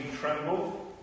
tremble